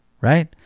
right